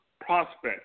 prospect